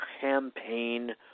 campaign